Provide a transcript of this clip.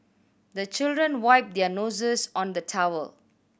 the children wipe their noses on the towel